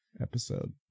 episode